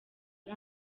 ari